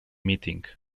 meeting